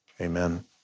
Amen